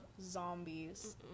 zombies